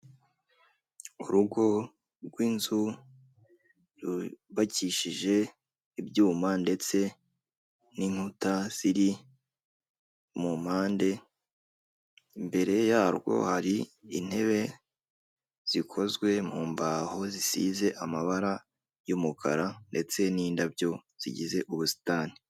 Urugo rw'inzu rwubakishije ibyuma ndetse n'inkuta ziri mu mpande imbere yarwo hari intebe zikozwe mu mbaho zisize amabara y'umukara ndetse n'indabyo zigize ubusitani.